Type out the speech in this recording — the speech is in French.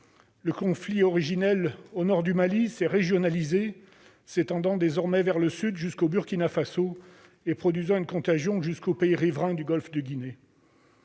le conflit originel au nord du Mali s'est régionalisé ; il s'étend désormais vers le sud jusqu'au Burkina Faso et se propage jusqu'aux pays riverains du golfe de Guinée.